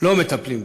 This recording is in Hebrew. לא מטפלים בהם.